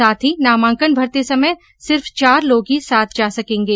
साथ ही नामांकन भरते समय सिर्फ चार लोग ही साथ जा सकेंगे